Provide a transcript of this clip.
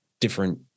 different